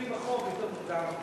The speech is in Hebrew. ונגמור את הדיונים בחוק יותר מוקדם,